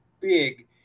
big